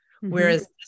Whereas